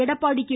Edappadi K